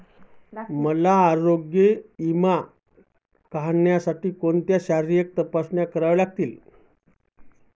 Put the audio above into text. मला आरोग्य विमा काढण्यासाठी कोणत्या शारीरिक तपासण्या कराव्या लागतील?